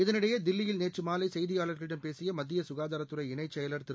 இதனிடையே தில்லியில் நேற்று மாலை செய்தியாளர்களிடம் பேசிய மத்திய சுகாதாரத் துறை இணைச் செயலாளர் திரு